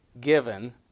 given